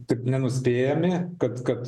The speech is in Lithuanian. taip nenuspėjami kad kad